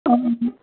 हां